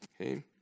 Okay